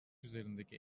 üzerindeki